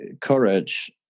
courage